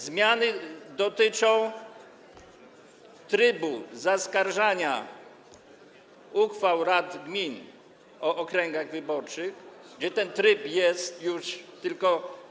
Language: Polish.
Zmiany dotyczą trybu zaskarżania uchwał rad gmin o okręgach wyborczych, gdzie ten tryb już jest, tylko.